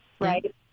right